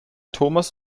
thomas